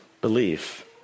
belief